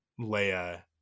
Leia